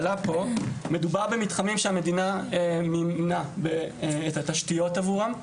מדובר במתחמים שהמדינה מימנה עבורם את התשתיות.